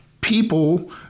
people